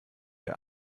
der